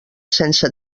sense